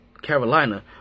Carolina